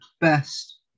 best